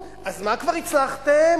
אז מה כבר הצלחתם?